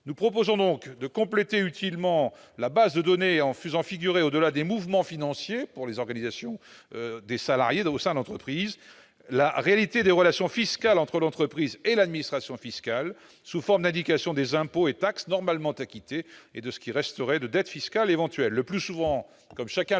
Nous proposons donc de compléter utilement la base de données en y faisant figurer, au-delà des mouvements financiers, pour les organisations des salariés au sein de l'entreprise, la réalité des relations fiscales entre l'entreprise et l'administration fiscale, sous forme de l'indication des impôts et taxes normalement acquittés et de ce qui resterait de dettes fiscales éventuelles.